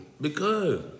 Because-